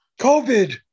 COVID